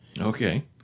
Okay